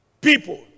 People